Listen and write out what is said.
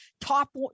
top